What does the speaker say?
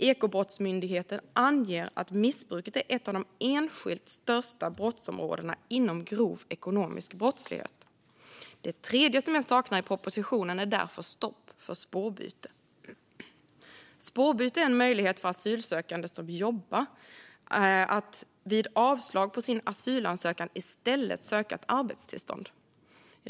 Ekobrottsmyndigheten anger att missbruket är ett av de enskilt största brottsområdena inom grov ekonomisk brottslighet. För det tredje saknar jag i propositionen ett stopp för spårbyte. Spårbyte är en möjlighet för asylsökande som jobbar att vid avslag på sin asylansökan i stället söka arbetstillstånd.